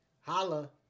Holla